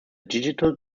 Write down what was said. digital